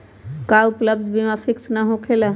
का उपलब्ध बीमा फिक्स न होकेला?